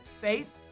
faith